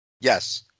yes